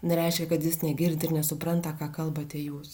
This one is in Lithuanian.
nereiškia kad jis negirdi ir nesupranta ką kalbate jūs